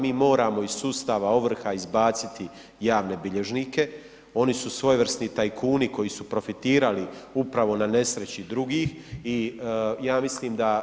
Mi moramo iz sustava ovrha izbaciti javne bilježnike oni su svojevrsni tajkuni koji su profitirali upravo na nesreći drugih i ja mislim da